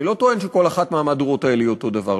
אני לא טוען שהמהדורות האלה הן אותו הדבר,